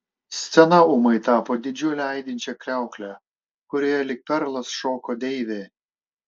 scena ūmai tapo didžiule aidinčia kriaukle kurioje lyg perlas šoko deivė